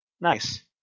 Nice